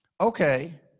Okay